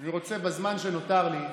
אני רוצה בזמן שנותר לי,